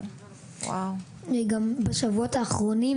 כדי שלא אהיה לבד, בשבועות האחרונים